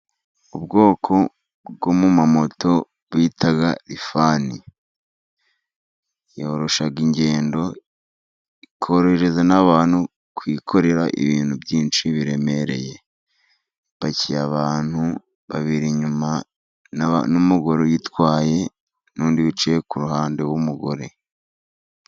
Ubwoko bwa moto bita rifani yoroshya ingendo, ikorohereza n'abantu kwikorera ibintu byinshi biremereye. Ipakiye abantu babiri inyuma, n'umugore uyitwaye, n'undi wicaye ku ruhande w'umugore.